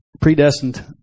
predestined